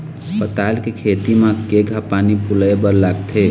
पताल के खेती म केघा पानी पलोए बर लागथे?